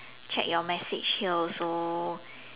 check your message here also